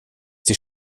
die